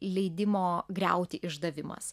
leidimo griauti išdavimas